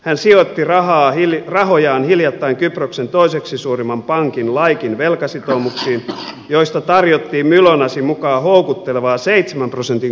hän sijoitti rahojaan hiljattain kyproksen toiseksi suurimman pankin laikin velkasitoumuksiin joista tarjottiin mylonasin mukaan houkuttelevaa seitsemän prosentin korkoa